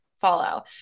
follow